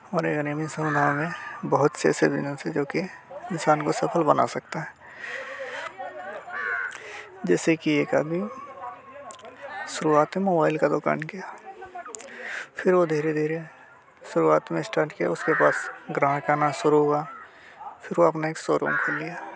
में बहुत से ऐसे है जो कि इंसान को सफल बना सकता है जैसे कि एक आदमी शुरुआत में आयल का दुकान किया फिर वह धीरे धीरे शुरुआत में स्टार्ट किया उसके पास ग्राहक आना शुरू हुआ फिर वह अपने एक शोरूम खोल लिया